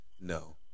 No